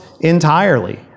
entirely